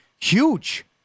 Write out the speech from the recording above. huge